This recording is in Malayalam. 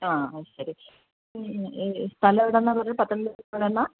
ആ അത് ശരി ഈ സ്ഥലം എവിടെയാണെന്നാ പറഞ്ഞത് പത്തനംതിട്ടയിൽ എവിടെയാണെന്നാ